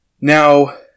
now